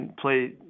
play